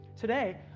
Today